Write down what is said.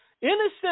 Innocent